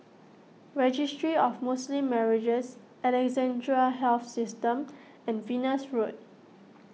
Registry of Muslim Marriages Alexandra Health System and Venus Road